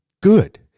good